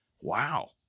wow